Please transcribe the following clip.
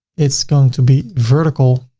it's going to be vertical